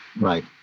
Right